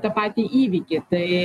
tą patį įvykį tai